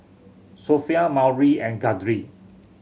Sophia Maury and Guthrie